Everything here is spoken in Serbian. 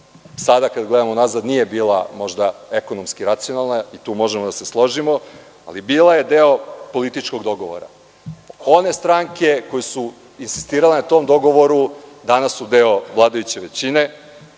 sada kada gledamo unazad, možda nije bila ekonomski racionalna i tu možemo da se složimo, ali bila je deo političkog dogovora. One stranke koje su insistirale na tom dogovoru, danas su deo vladajuće većine,